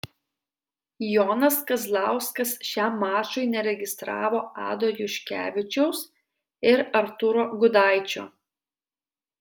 jonas kazlauskas šiam mačui neregistravo ado juškevičiaus ir artūro gudaičio